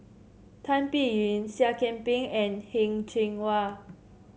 Tan Biyun Seah Kian Peng and Heng Cheng Hwa